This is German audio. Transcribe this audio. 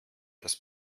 das